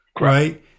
right